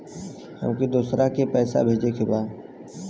हमके दोसरा के पैसा भेजे के बा?